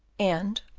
and,